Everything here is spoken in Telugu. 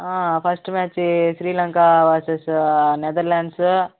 first match Sri Lanka versus Netherlands